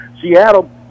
Seattle